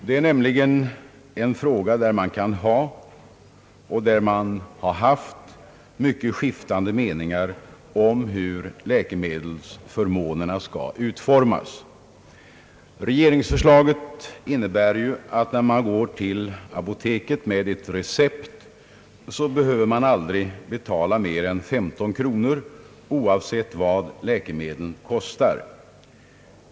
Det är nämligen en fråga, där man kan ha och där man har haft mycket skiftande meningar om hur läkemedelsförmånerna skall utformas. Regeringsförslaget innebär att när man går till apoteket med ett recept, behöver man aldrig betala mer än 15 kronor, oavsett vad läkemedlen kostar.